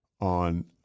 on